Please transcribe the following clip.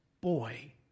boy